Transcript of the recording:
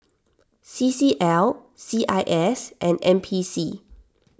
C C L C I S and N P C